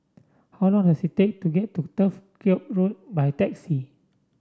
how long does it take to get to Turf Ciub Road by taxi